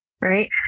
right